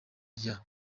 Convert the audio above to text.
rya